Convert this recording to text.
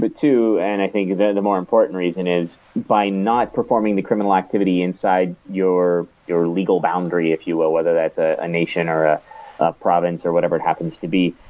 but two, and i think that the more important reason, is by not performing the criminal activity inside your your legal boundary, if you will, whether that's a a nation or a province or whatever it happens to be.